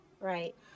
Right